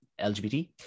LGBT